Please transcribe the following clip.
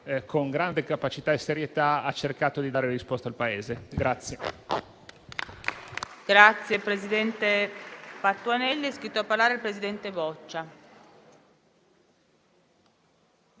con grande capacità e serietà, ha cercato di dare risposte al Paese.